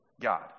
God